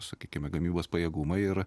sakykime gamybos pajėgumai ir